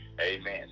amen